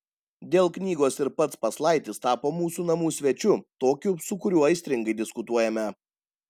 dėl knygos ir pats paslaitis tapo mūsų namų svečiu tokiu su kuriuo aistringai diskutuojame